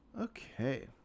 Okay